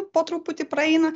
po truputį praeina